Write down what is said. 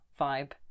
vibe